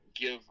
give